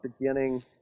beginning